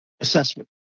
assessment